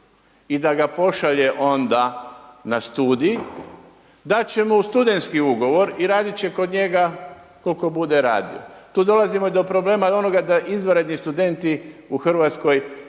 i da ga pošalje onda na studij, dat će mu studentski ugovor i radit će kod njega koliko bude radio. Tu dolazimo do problema onoga da izvanredni studenti u Hrvatskoj